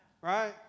Right